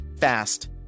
fast